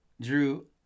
Drew